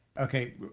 Okay